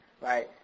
right